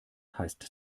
heißt